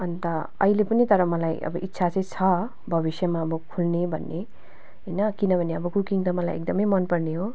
अन्त अहिले पनि तर मलाई अब इच्छा चाहिँ छ भविष्यमा अब खोल्ने भन्ने होइन किनभने अब कुकिङ त मलाई एकदमै मनपर्ने हो